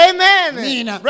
Amen